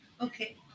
Okay